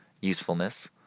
usefulness